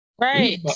Right